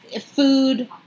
food